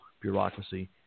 bureaucracy